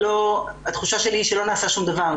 אבל התחושה שלי שלא נעשה שום דבר.